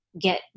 get